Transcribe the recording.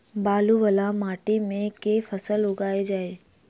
बालू वला माटि मे केँ फसल लगाएल जाए?